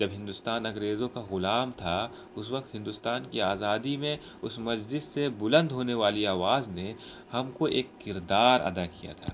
جب ہندوستان انگریزوں کا غلام تھا اس وقت ہندوستان کی آزادی میں اس مسجد سے بلند ہونے والی آواز نے ہم کو ایک کردار ادا کیا تھا